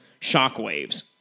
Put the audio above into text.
Shockwaves